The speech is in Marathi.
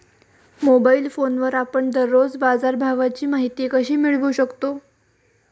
मोबाइल फोनवर आपण दररोज बाजारभावाची माहिती कशी मिळवू शकतो?